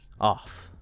off